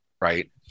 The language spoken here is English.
Right